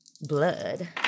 Blood